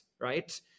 right